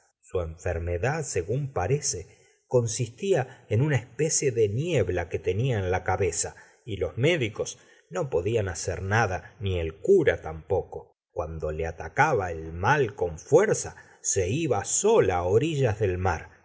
su enfermedad según parece consistía en la bemba de bovary una especie de niebla que tenia en la cabeza y los médicos no podían hacer nada ni el cura tampoco cuando le atacaba el mal con fuerza se iba sola orillas del mar